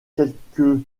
quelque